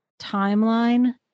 timeline